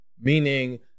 Meaning